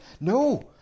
No